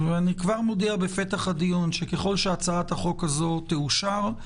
ככל שהצעת החוק הזו תאושר,